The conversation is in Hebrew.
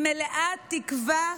היא מלאת תקווה,